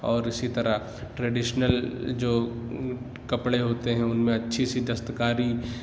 اور اسی طرح ٹریڈیشنل جو کپڑے ہوتے ہیں ان میں اچھی سی دستکاری